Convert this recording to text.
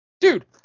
Dude